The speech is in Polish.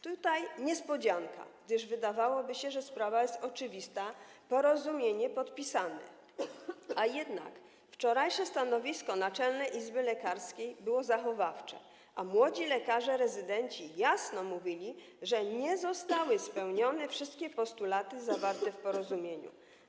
Tutaj niespodzianka, gdyż wydawałoby się, że sprawa jest oczywista, porozumienie jest podpisane, a jednak wczorajsze stanowisko Naczelnej Izby Lekarskiej było zachowawcze, a młodzi lekarze rezydenci jasno mówili, że nie zostały spełnione wszystkie postulaty zawarte w porozumieniu.